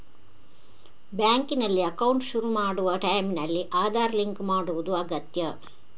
ಬ್ಯಾಂಕಿನಲ್ಲಿ ಅಕೌಂಟ್ ಶುರು ಮಾಡುವ ಟೈಂನಲ್ಲಿ ಆಧಾರ್ ಲಿಂಕ್ ಮಾಡುದು ಅಗತ್ಯ